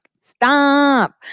stop